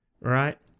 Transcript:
Right